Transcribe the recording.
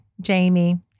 Jamie